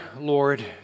Lord